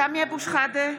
(קוראת בשמות חברי הכנסת) סמי אבו שחאדה,